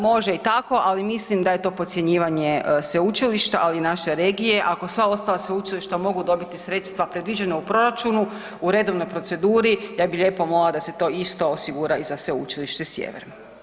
Može i tako, ali mislim da je to podcjenjivanje sveučilišta ali i naše regije, ako sva ostala sveučilišta mogu dobiti sredstva predviđena u proračunu u redovnoj proceduri ja bih lijepo molila da se to isto osigura i za Sveučilište Sjever.